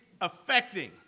affecting